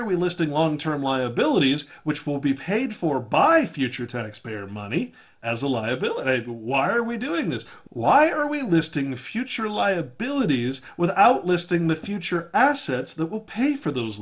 are we listing long term liabilities which will be paid for by future taxpayer money as a liability why are we doing this why are we listing the future liabilities without listing the future assets that will pay for those